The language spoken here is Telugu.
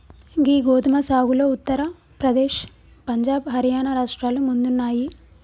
గీ గోదుమ సాగులో ఉత్తర ప్రదేశ్, పంజాబ్, హర్యానా రాష్ట్రాలు ముందున్నాయి